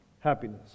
Happiness